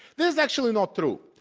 that is actually not true.